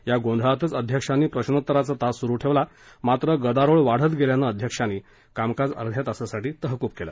या गोंधळातच अध्यक्षांनी प्रश्नोत्तराचा तास सुरु ठेवला मात्र गदारोळ वाढत गेल्यानं अध्यक्षांनी कामकाज अध्या तासासाठी तहकूब केलं